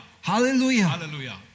hallelujah